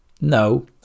No